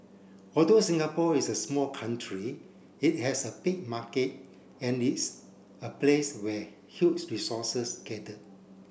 although Singapore is a small country it has a big market and its a place where huge resources gather